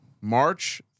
March